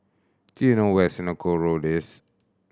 do you know where Senoko Road is